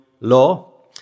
law